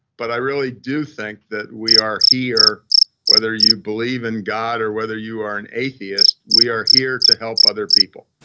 but i really do think we are here whether you believe in god or whether you are an atheist, we are here to help other people.